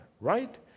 Right